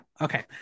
Okay